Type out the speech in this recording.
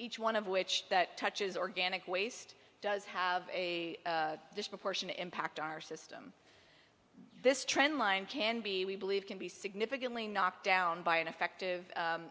each one of which that touches organic waste does have a disproportionate impact on our system this trend line can be we believe can be significantly knocked down by an effective